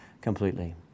completely